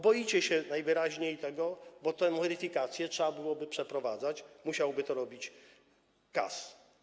Boicie się najwyraźniej tego, bo tę weryfikację trzeba byłoby przeprowadzać, musiałby to robić KAS.